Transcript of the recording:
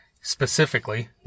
specifically